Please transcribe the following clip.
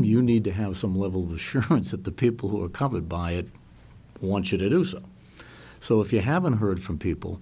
you need to have some level the sure that the people who are covered by it want you to do so so if you haven't heard from people